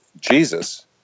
Jesus